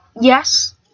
Yes